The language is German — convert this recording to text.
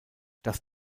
das